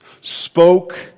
spoke